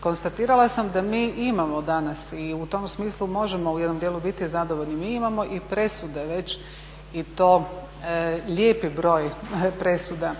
konstatirala sam da mi imamo danas i u tom smislu možemo u jednom dijelu biti zadovoljni mi. Mi imamo i presude već i to lijepi broj presuda